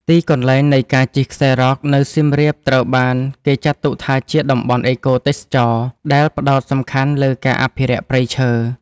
ទីកន្លែងនៃការជិះខ្សែរ៉កនៅសៀមរាបត្រូវបានគេចាត់ទុកថាជាតំបន់ អេកូទេសចរណ៍ ដែលផ្ដោតសំខាន់លើការអភិរក្សព្រៃឈើ។